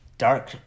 dark